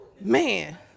Man